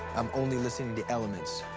i'm only listening to elements.